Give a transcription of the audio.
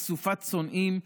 אסופת שונאים,